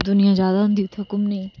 दुनियां ज्यादा होंदी उत्थे घूमने गी